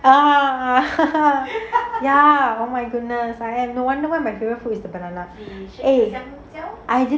ah ya oh my goodness I am no wonder why my favourite fruit is a banana eh I didn't